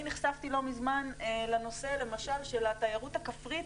ואנחנו מצפים ממשרד התיירות לתכניות